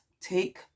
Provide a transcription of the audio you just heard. take